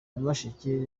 nyamasheke